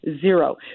Zero